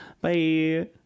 Bye